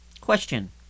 Question